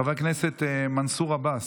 חבר הכנסת מנסור עבאס,